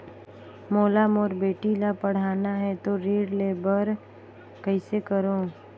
मोला मोर बेटी ला पढ़ाना है तो ऋण ले बर कइसे करो